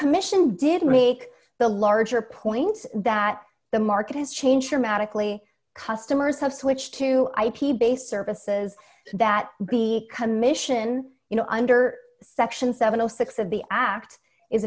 commission did make the larger point that the market has changed dramatically customers have switched to ip based services that the commission you know under section seven hundred and six of the act is